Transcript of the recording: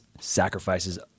sacrifices